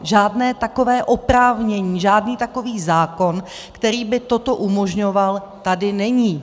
Žádné takové oprávnění, žádný takový zákon, který by toto umožňoval, tady není.